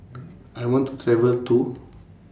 I want to travel to